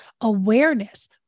awareness